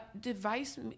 device